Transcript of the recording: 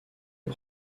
les